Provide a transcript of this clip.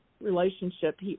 relationship